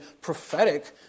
prophetic